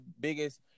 biggest